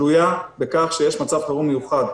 ב-וי-סי תלויה בכך שיש מצב חירום מיוחד.